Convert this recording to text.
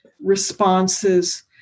responses